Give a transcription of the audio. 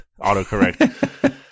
autocorrect